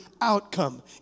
outcome